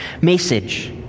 message